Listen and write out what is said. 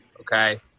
okay